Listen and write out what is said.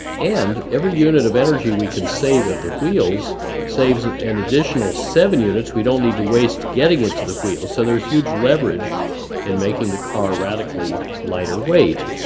and every unit of energy we can save at the wheels saves an additional seven units. we don't need to waste getting it to the wheel, so there's huge leverage in making the car radically lighter weight,